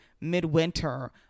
midwinter